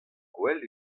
gwell